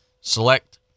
Select